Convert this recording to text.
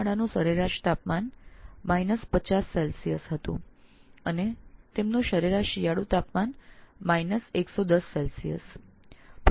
તેઓનું સરેરાશ ઉનાળુ તાપમાન 50 ° સે અને સરેરાશ શિયાળુ તાપમાન 110 ° સે હતું